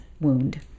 wound